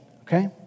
Okay